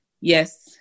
yes